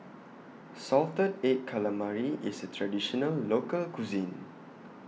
Salted Egg Calamari IS A Traditional Local Cuisine